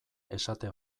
esate